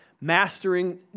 mastering